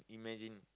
imagine